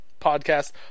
podcast